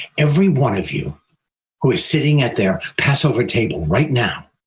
every one of you who is sitting at their passover table right now.